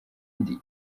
undi